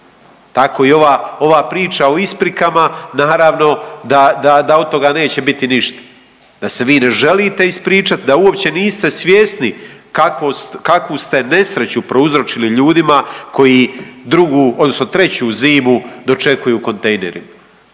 tako i ova priča o isprikama naravno da od toga neće biti ništa, da se vi ne želite ispričat, da uopće niste svjesni kakvu ste nesreću prouzročili ljudima koji drugu odnosno treću zimu dočekuju u kontejnerima.